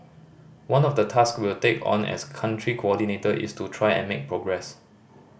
one of the task we'll take on as Country Coordinator is to try and make progress